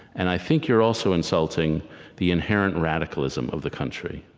and i think you're also insulting the inherent radicalism of the country,